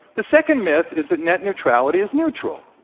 the second myth is that net neutrality is neutral,